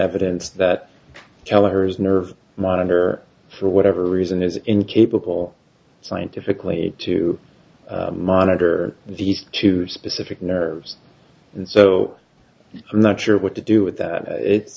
evidence that kelleher's nerve monitor for whatever reason is incapable scientifically to monitor these two specific nerves and so i'm not sure what to do with that it's